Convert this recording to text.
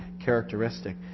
characteristic